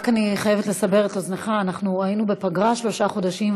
רק אני חייבת לסבר את אוזנך: אנחנו היינו בפגרה שלושה חודשים,